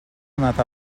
anat